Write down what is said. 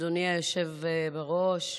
אדוני היושב-ראש,